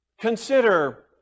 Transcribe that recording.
Consider